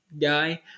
guy